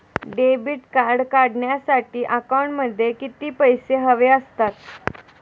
Debit card काढण्यासाठी अकाउंटमध्ये किती पैसे हवे असतात?